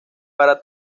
para